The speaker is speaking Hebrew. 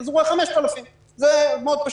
אז הוא רואה 5,000. זה מאוד פשוט.